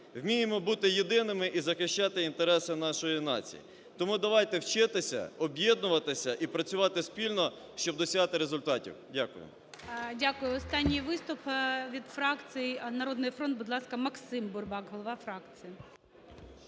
вміємо бути єдиними і захищати інтереси нашої нації. Тому давайте вчитися, об'єднуватися і працювати спільно, щоб досягати результатів. Дякую. ГОЛОВУЮЧИЙ. Дякую. Останній виступ від фракції "Народний фронт", будь ласка, Максим Бурбак, голова фракції.